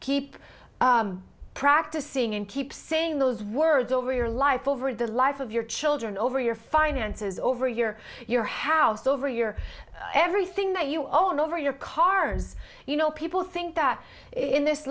keep practicing and keep saying those words over your life over the life of your children over your finances over a year your house over your everything that you all over your cars you know people think that in this